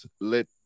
let